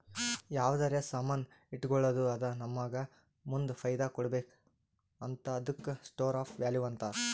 ಯಾವ್ದರೆ ಸಾಮಾನ್ ಇಟ್ಗೋಳದ್ದು ಅದು ನಮ್ಮೂಗ ಮುಂದ್ ಫೈದಾ ಕೊಡ್ಬೇಕ್ ಹಂತಾದುಕ್ಕ ಸ್ಟೋರ್ ಆಫ್ ವ್ಯಾಲೂ ಅಂತಾರ್